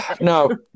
No